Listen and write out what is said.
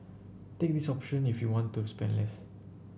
take this option if you want to spend less